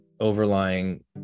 overlying